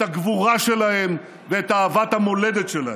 את הגבורה שלהם ואת אהבת המולדת שלהם.